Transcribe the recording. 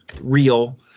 real